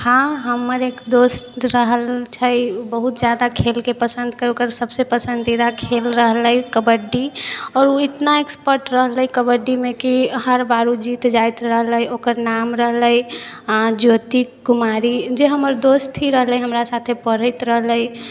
हँ हमर एक दोस्त रहल छै ओ बहुत ज्यादा खेलके पसन्द करै ओकर पसन्दीदा खेल रहलै कबड्डी आओर ओ एतना एक्सपर्ट रहलै कबड्डीमे कि हर बार ओ जीत जाइत रहलै ओकर नाम रहलै ज्योति कुमारी जे हमर दोस्त ही रहलै हमरा साथे पढ़ैत रहलै